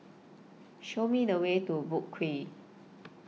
Show Me The Way to Boat Quay